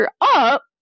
up